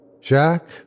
Jack